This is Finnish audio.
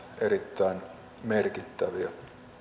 erittäin merkittäviä